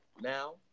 now